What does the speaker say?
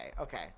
Okay